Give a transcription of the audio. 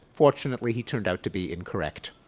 fortunately, he turned out to be incorrect.